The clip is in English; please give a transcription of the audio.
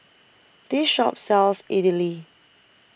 This Shop sells Idili